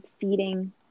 feeding